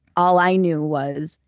all i knew was.